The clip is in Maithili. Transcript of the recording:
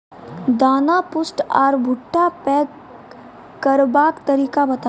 दाना पुष्ट आर भूट्टा पैग करबाक तरीका बताऊ?